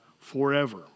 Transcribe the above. forever